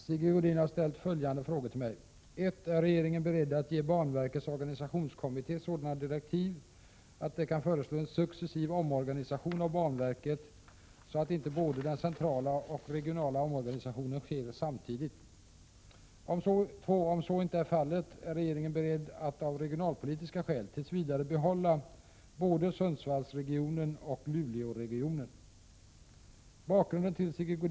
Riksdagen behandlar för närvarande SJ:s framtida organisation. Jämsides med denna behandling pågår utredning om SJ:s banverksorganisation. I omorganisationen av banverket kommer såväl den centrala enheten som regionenheterna att påverkas. Bl. a. finns planer på att minska banverkets regionindelning från åtta regioner till fem.